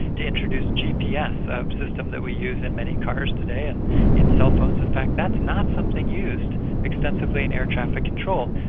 to introduce gps, ah a system that we use in many cars today and in cell phones, in fact that's not something used extensively in air-traffic control.